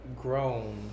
grown